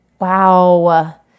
Wow